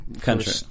country